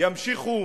ימשיכו